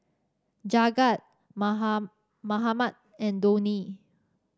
Jagat Mahatma and Dhoni